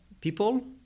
people